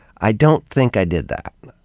i don't think i did that.